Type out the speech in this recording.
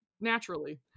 Naturally